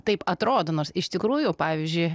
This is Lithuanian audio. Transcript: taip atrodo nors iš tikrųjų pavyzdžiui